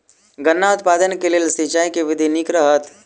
गन्ना उत्पादन केँ लेल सिंचाईक केँ विधि नीक रहत?